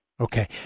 Okay